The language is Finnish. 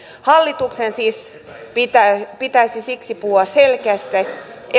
hallituksen siis pitäisi pitäisi siksi puhua selkeästi